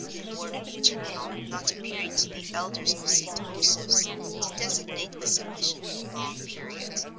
the word eternal not appearing to the elders of st. osoph's to designate a sufficiently long period.